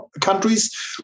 countries